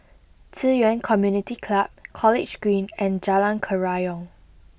Ci Yuan Community Club College Green and Jalan Kerayong